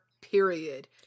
period